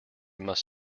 must